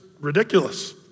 ridiculous